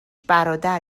برادر